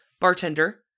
bartender